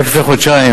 רק לפני חודשיים,